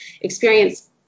experience